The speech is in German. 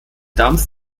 dampf